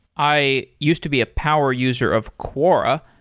i used to be a power user of quora.